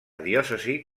diòcesi